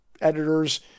editors